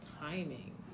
timing